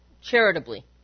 charitably